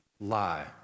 lie